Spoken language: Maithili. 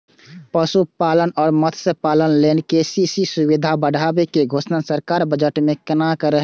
पशुपालन आ मत्स्यपालन लेल के.सी.सी सुविधा बढ़ाबै के घोषणा सरकार बजट मे केने रहै